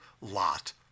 lot